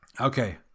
Okay